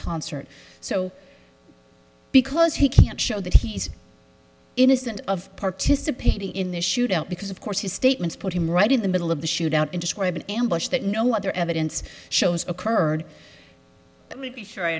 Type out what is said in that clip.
concert so because he can't show that he's innocent of participating in the shootout because of course his statements put him right in the middle of the shootout in describe an ambush that no other evidence shows occurred let me be sure i